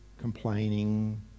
complaining